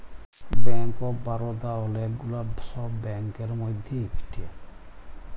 bank of Baroda ওলেক গুলা সব ব্যাংকের মধ্যে ইকটা